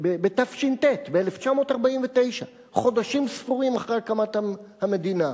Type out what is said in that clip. בתש"ט, ב-1949, חודשים ספורים אחרי הקמת המדינה,